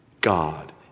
God